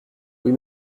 oui